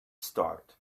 start